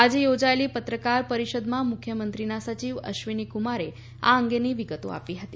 આજે યોજાયેલી પત્રકાર પરિષદમાં મુખ્યમંત્રીના સચિવ અશ્વિનીકુમારે આ અંગેની વિગતો આપી હતી